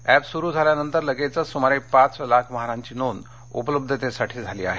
app सुरु झाल्यानंतर लगेच सुमारे पाच लाख वाहनांची नोंद उपलब्धतेसाठी झाली आहे